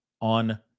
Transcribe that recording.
on